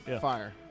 Fire